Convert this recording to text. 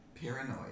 paranoid